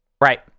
right